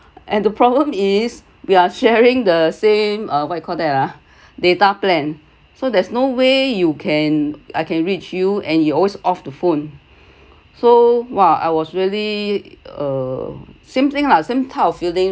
and the problem is we're sharing the same uh what you called that uh data plan so there's no way you can I can reach you and you always off the phone so !wah! I was really uh same thing lah same type of feeling